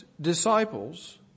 disciples